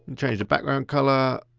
change the background colour.